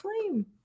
flame